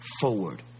forward